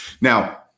now